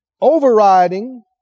overriding